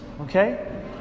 okay